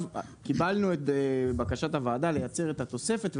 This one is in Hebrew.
קיבלנו את בקשת הוועדה לייצר את התוספת,